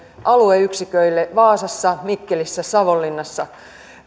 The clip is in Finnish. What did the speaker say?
alueyksiköille vaasassa mikkelissä savonlinnassa